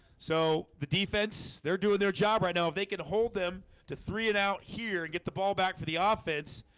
so the defense they're doing their job right now if they can hold them to three and out here and get the ball back for the offense